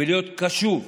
ולהיות קשוב.